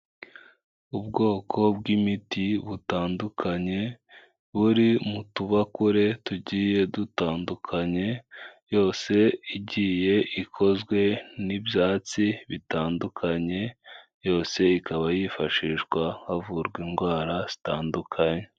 Ubwoko bw'imiti butandukanye, buri mu tubakure tugiye dutandukanye, yose igiye ikozwe n'ibyatsi bitandukanye, yose ikaba yifashishwa havurwa indwara zitandukanye.